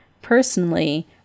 personally